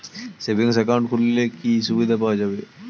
Savings account খুললে কি সুবিধা পাওয়া যায়?